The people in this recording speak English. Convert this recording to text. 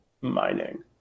mining